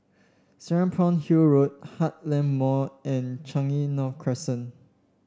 Serapong Hill Road Heartland Mall and Changi North Crescent